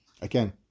again